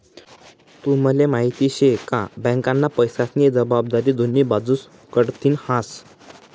तुम्हले माहिती शे का? बँकना पैसास्नी जबाबदारी दोन्ही बाजूस कडथीन हास